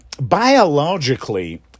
biologically